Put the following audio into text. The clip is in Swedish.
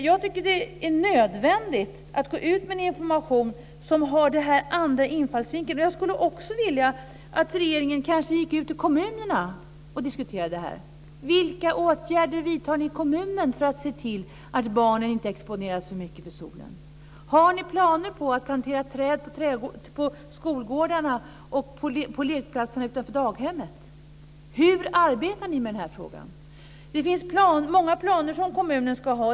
Jag tycker att det är nödvändigt att gå ut med information som har en annan infallsvinkel. Jag skulle också vilja att regeringen kanske gick ut i kommunerna och diskuterade det här. Vilka åtgärder vidtar ni i kommunerna för att se till att barnen inte exponeras för mycket för solen? Har ni planer på att plantera träd på skolgårdarna och på lekplatserna utanför daghemmen? Hur arbetar ni med den här frågan? Det finns många planer som kommunerna ska ha.